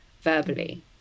verbally